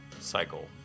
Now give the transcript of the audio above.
cycle